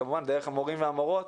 כמובן דרך המורים והמורות,